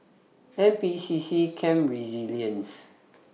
N P C C Camp Resilience